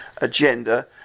agenda